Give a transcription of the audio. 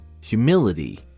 humility